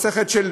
מסכת של